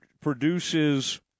produces